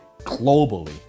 globally